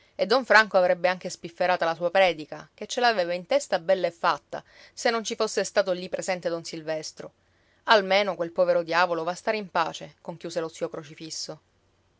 e don franco avrebbe anche spifferata la sua predica che ce l'aveva in testa bella e fatta se non ci fosse stato lì presente don silvestro almeno quel povero diavolo va a stare in pace conchiuse lo zio crocifisso